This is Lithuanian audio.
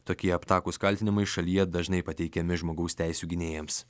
tokie aptakūs kaltinimai šalyje dažnai pateikiami žmogaus teisių gynėjams